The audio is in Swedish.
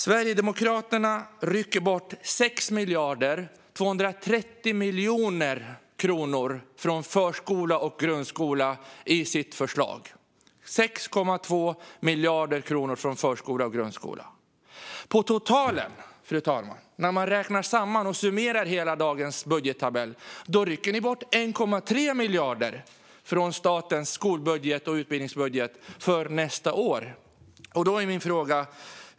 Sverigedemokraterna rycker bort 6,23 miljarder kronor från förskola och grundskola i sitt förslag. På totalen, fru talman, när man räknar samman och summerar hela dagens budgettabell, rycker Sverigedemokraterna bort 1,3 miljarder från statens skolbudget och utbildningsbudget för nästa år.